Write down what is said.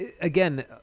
again